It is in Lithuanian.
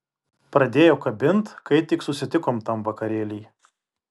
pradėjo kabint kai tik susitikom tam vakarėly